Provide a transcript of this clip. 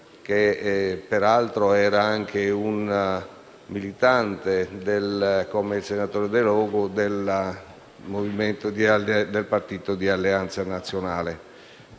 che, peraltro, era un militante, come il senatore Delogu, del partito di Alleanza Nazionale.